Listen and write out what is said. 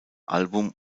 album